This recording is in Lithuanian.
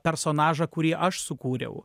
personažą kurį aš sukūriau